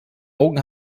augen